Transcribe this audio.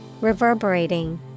Reverberating